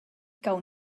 gawn